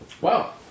Wow